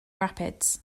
rapids